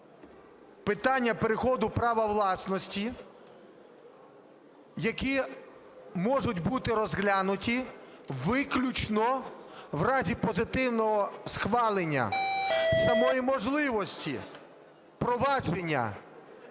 питання переходу права власності, які можуть бути розглянуті виключно в разі позитивного схвалення самої можливості провадження